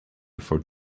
for